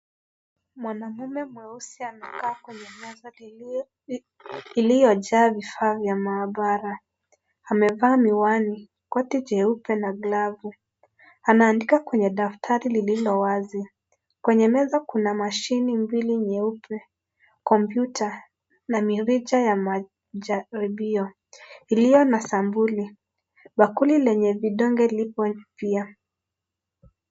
Mwanaume mweusi amekaa kwenye meza iliyojaa vifaa vya maabara. Amevaa miwani, koti jeupe na glavu. Anaandika kwenye daftari lililo wazi. Kwenye meza kuna mashine mbili nyeupe, kompyuta na mirija ya majaribio iliyo na sampuli. Bakuli lenye vidonge lipo pia.